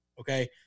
okay